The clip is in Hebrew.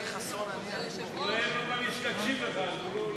אולי אין לו מה להקשיב לך.